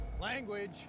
Language